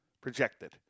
Projected